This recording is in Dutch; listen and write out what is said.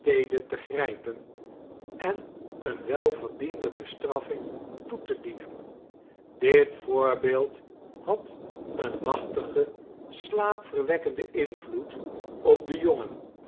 te grijpen en eene welverdiende bestraffing toe te dienen dit voorbeeld had een machtigen slaapverwekkenden invloed op den jongen